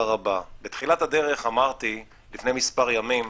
הבא: בתחילת הדרך לפני מספר ימים אמרתי,